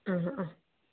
ആ ആ അ